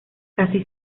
casi